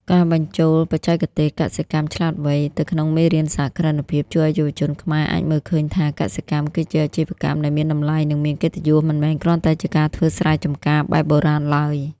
ការបញ្ចូលបច្ចេកទេស "កសិកម្មឆ្លាតវៃ" ទៅក្នុងមេរៀនសហគ្រិនភាព ជួយឱ្យយុវជនខ្មែរអាចមើលឃើញថា កសិកម្មគឺជាអាជីវកម្មដែលមានតម្លៃ និងមានកិត្តិយស មិនមែនគ្រាន់តែជាការធ្វើស្រែចម្ការបែបបុរាណឡើយ។